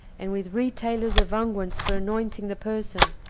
and with retailers of unguents for anointing the person,